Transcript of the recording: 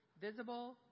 visible